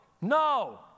No